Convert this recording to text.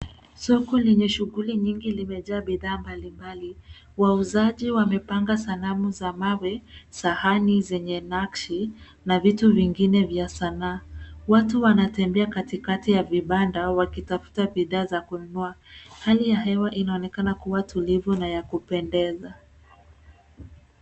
Soko lenye shughuli nyingi limejaa bidhaa mbalimbali. Wauzaji wamepanga sanamu za mawe, sahani zenye nakshi na vitu vingine vya sanaa. Watu wanatembea katikati ya vibanda wakitafuta bidhaa za kununua. Hali ya hewa inaonekana kuwa tulivyu na ya kupendeza.